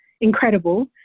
incredible